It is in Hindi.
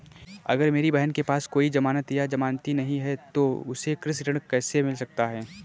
अगर मेरी बहन के पास कोई जमानत या जमानती नहीं है तो उसे कृषि ऋण कैसे मिल सकता है?